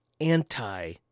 anti